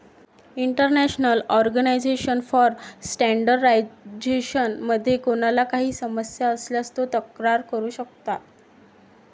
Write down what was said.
international organisation for standardisation मध्ये कोणाला काही समस्या असल्यास तो तक्रार करू शकतो